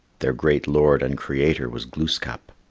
their great lord and creator was glooskap.